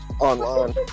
Online